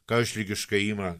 karštligiškai ima